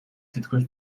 თითქმის